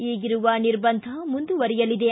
ಈಗಿರುವ ನಿರ್ಬಂಧ ಮುಂದುವರಿಯಲಿದೆ